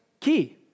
key